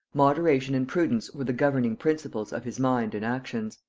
moderation and prudence were the governing principles of his mind and actions.